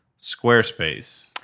Squarespace